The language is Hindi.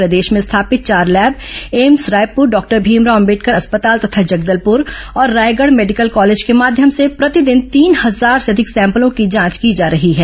प्रदेश में स्थापित चार lab AIIMS Raipur doctor Bhimrao Ambedkar अस्पताल तथा जगदलपुर और रायगढ़ मेडिकल कॉलेज के माध्यम से प्रतिदिन तीन हजार से अधिक सैंपलों की जांच की जा रही है